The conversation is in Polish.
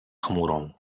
chmurą